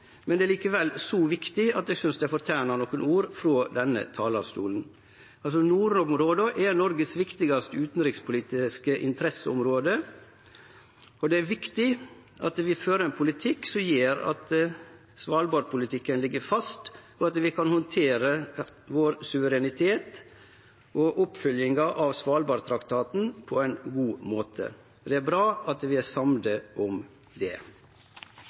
men det er likevel så viktig at eg synest det fortener nokre ord frå denne talarstolen. Nordområda er Noregs viktigaste utanrikspolitiske interesseområde, og det er viktig at vi fører ein politikk som gjer at svalbardpolitikken ligg fast, og at vi kan handtere vår suverenitet og oppfølginga av Svalbardtraktaten på ein god måte. Det er bra at vi er samde om det.